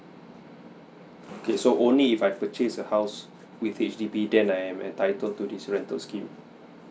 okay so only if I purchase a house with H_D_B then I'm entitled to this rental scheme